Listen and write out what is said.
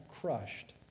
crushed